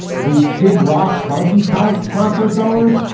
the kid rock honky tonk concert goers.